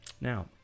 Now